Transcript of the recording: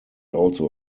also